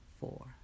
four